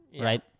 right